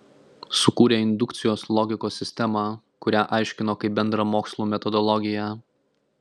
sukūrė indukcijos logikos sistemą kurią aiškino kaip bendrą mokslų metodologiją